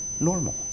normal